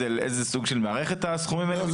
לאיזה סוג של מערכת הסכומים האלה מתייחסים?